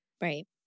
Right